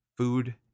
food